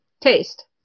taste